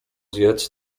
zjedz